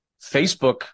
Facebook